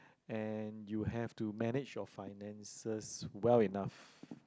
and you have to manage your finances well enough